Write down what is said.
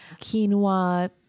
Quinoa